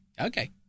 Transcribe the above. Okay